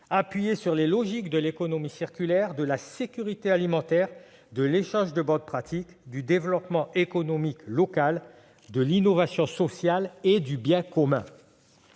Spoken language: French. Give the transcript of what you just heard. appuyé sur les logiques de l'économie circulaire, de la sécurité alimentaire, de l'échange de bonnes pratiques, du développement économique local, de l'innovation sociale et du bien commun.